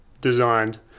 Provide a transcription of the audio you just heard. designed